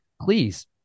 Please